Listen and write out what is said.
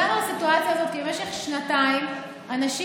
הגענו לסיטואציה הזאת כי במשך שנתיים אנשים